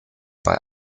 bei